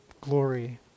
glory